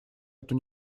эту